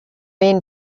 men